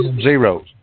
zeros